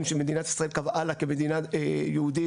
שמדינת ישראל קבעה לה כמדינה יהודית,